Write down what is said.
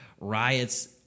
riots